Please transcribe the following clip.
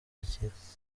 akira